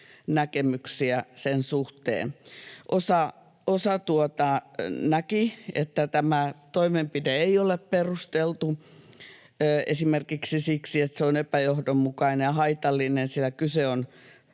näkemyksiä sen suhteen. Osa näki, että tämä toimenpide ei ole perusteltu esimerkiksi siksi, että se on epäjohdonmukainen ja haitallinen, sillä kyse on